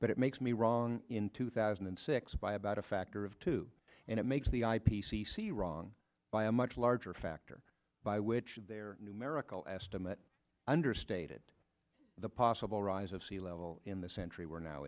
but it makes me wrong in two thousand and six by about a factor of two and it makes the i p c c wrong by a much larger factor by which of their numerical estimate understated the possible rise of sea level in the century we're now